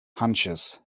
hunches